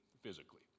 physically